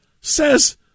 says